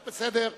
בסדר.